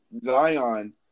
Zion